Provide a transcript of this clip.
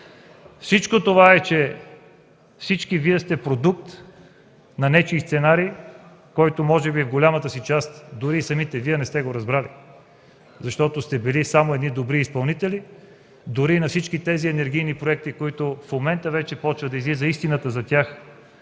улицата. Всички Вие сте продукт на нечий сценарий, който може би в голямата си част дори самите Вие не сте разбрали, защото сте били само едни добри изпълнители, дори на всички тези енергийни проекти, за които в момента започва да излиза истината –